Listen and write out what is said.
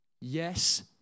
Yes